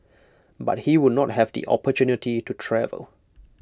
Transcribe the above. but he would not have the opportunity to travel